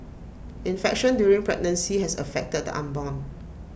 infection during pregnancy has affected the unborn